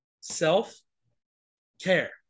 Self-care